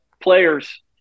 players